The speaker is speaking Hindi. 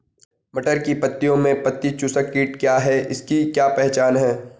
मटर की पत्तियों में पत्ती चूसक कीट क्या है इसकी क्या पहचान है?